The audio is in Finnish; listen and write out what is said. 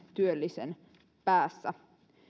työllisen päässä